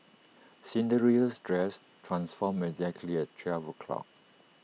Cinderella's dress transformed exactly at twelve o'clock